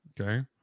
okay